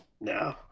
No